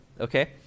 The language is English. okay